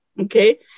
Okay